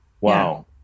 Wow